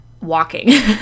Walking